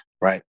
right